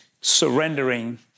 surrendering